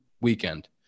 weekend